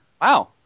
Wow